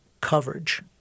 coverage